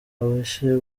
abishe